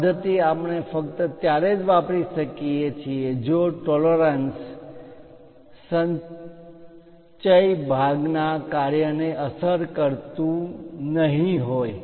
આ પદ્ધતિ આપણે ફક્ત ત્યારે જ વાપરી શકીએ છીએ જો ટોલરન્સ પરિમાણ માં માન્ય તફાવત સંચય ભાગના કાર્યને અસર કરતું નહીં હોય